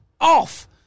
off